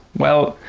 well,